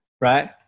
right